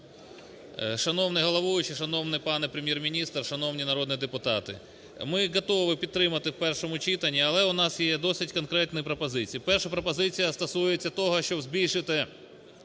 Шановний головуючий, шановний пане Прем'єр-міністр, шановні народні депутати! Ми готові підтримати у першому читанні, але у нас є досить конкретні пропозиції. Перша пропозиція стосується того, щоб збільшити,